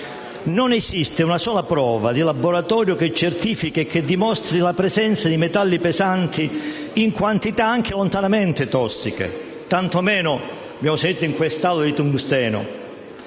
Non esiste una sola prova di laboratorio che certifichi e che dimostri la presenza di metalli pesanti in quantità anche lontanamente tossiche, tanto meno per quanto riguarda il tungsteno,